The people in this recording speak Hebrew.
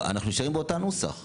אנחנו נשארים באותו הנוסח.